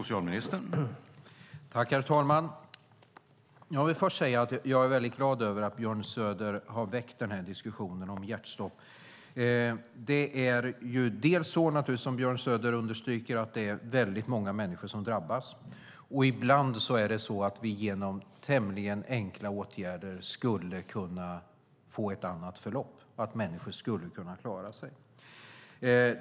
Herr talman! Jag vill först säga att jag är väldigt glad över att Björn Söder har väckt den här diskussionen om hjärtstopp. Som Björn Söder understryker är det många människor som drabbas, och ibland skulle man genom tämligen enkla åtgärder kunna få ett annat förlopp och människor skulle kunna klara sig.